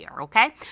okay